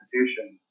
institutions